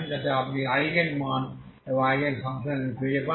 যাতে আপনি আইগেন মান এবং আইগেন ফাংশনগুলি খুঁজে পান